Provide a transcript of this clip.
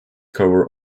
cover